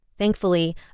Thankfully